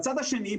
בצד השני,